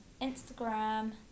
instagram